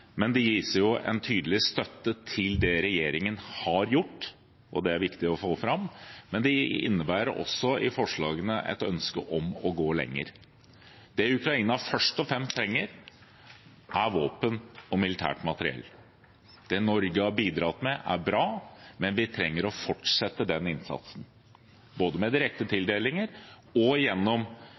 gis en tydelig støtte til det regjeringen har gjort – det er viktig å få fram – men forslagene innebærer også et ønske om å gå lenger. Det Ukraina først og fremst trenger, er våpen og militært materiell. Det Norge har bidratt med, er bra, men vi trenger å fortsette den innsatsen, både med direkte tildelinger og gjennom